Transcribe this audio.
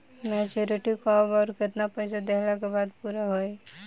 Maturity कब आउर केतना पईसा देहला के बाद पूरा होई?